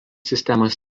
sistemos